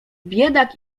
biedak